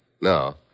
No